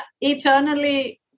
eternally